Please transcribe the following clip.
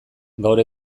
gaur